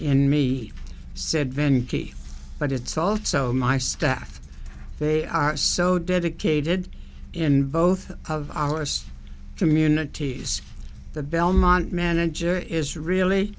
in me said venky but it's also my staff they are so dedicated in both of us communities the belmont manager is really